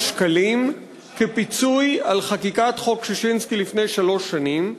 שקלים כפיצוי על חקיקת חוק ששינסקי לפני שלוש שנים.